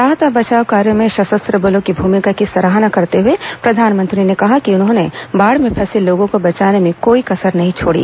राहत और बचाव कार्य में सशस्त्र बलों की भूमिका की सराहना करते हुए प्रधानमंत्री ने कहा कि उन्होंने बाढ़ में फंसे लोगों को बचाने में कोई कसर नहीं छोड़ी